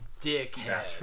dickhead